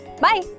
Bye